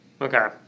Okay